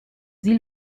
sie